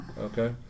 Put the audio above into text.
Okay